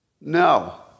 No